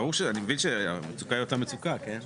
אני מבין שהמצוקה היא אותה מצוקה, כן?